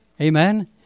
Amen